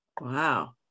Wow